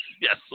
Yes